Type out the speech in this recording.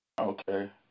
Okay